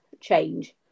change